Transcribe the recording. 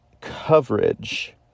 coverage